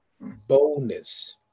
boldness